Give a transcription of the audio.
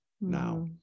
now